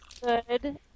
good